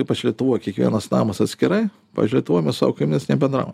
ypač lietuvoj kiekvienas namas atskirai pavyzdžiui lietuvoj mes su savo kaimynais nebendravom